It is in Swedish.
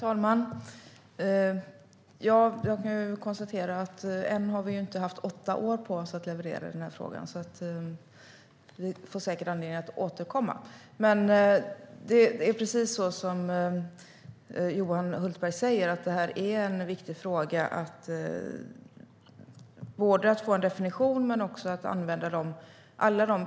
Herr talman! Jag kan konstatera att vi ännu inte har haft åtta år på oss att leverera i den här frågan. Vi får säkert anledning att återkomma. Det är precis som Johan Hultberg säger. Det är en viktig fråga att få en definition.